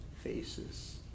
faces